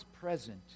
present